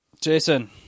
Jason